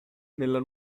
nella